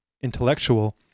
intellectual